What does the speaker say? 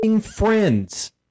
friends